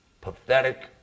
pathetic